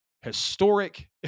historic